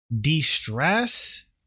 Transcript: de-stress